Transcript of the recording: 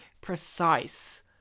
precise